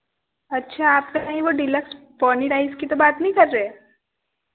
अच्छा आप कही वह डिलक्स पौनी राइस की तो बात नही कर रहे